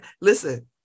listen